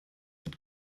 mit